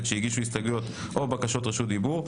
שהגישו הסתייגויות או בקשות רשות דיבור.